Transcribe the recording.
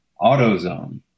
AutoZone